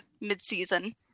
mid-season